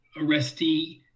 arrestee